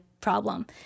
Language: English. problem